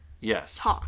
Yes